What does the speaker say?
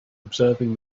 observing